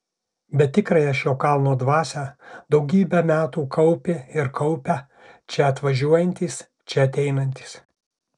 bet tikrąją šio kalno dvasią daugybę metų kaupė ir kaupia čia atvažiuojantys čia ateinantys